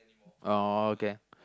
oh okay